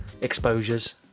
exposures